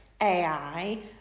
AI